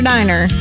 Diner